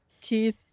Keith